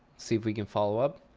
see if we can follow up.